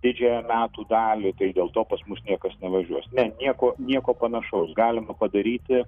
didžiąją metų dalį tai dėl to pas mus niekas nevažiuos ne nieko nieko panašaus galima padaryti